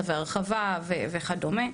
צווי הרחבה וכדומה,